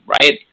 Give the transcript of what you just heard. right